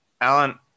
Alan